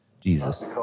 Jesus